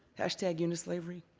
hashtag unislavery,